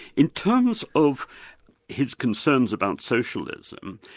in terms of his concerns about socialism,